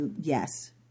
Yes